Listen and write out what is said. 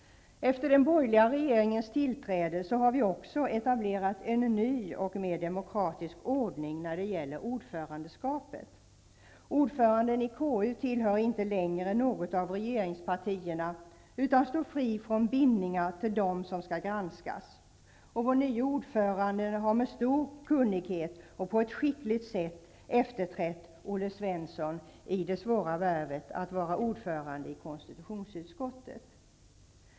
Efter den borgerliga regeringens tillträde, har det etablerats en ny och mer demokratisk ordning när det gäller ordförandeskapet. Ordföranden i KU tillhör inte längre något av regeringspartierna, utan står fri från bindningar till dem som skall granskas. Vår nye ordförande har med stor kunnighet och på ett skickligt sätt efterträtt Olle Svensson i det svåra värvet att vara ordförande i konstitutionsutskottet.